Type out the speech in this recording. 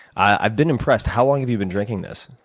i've been impressed. how long have you been drinking this?